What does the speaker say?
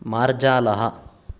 मार्जालः